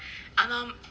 !hannor!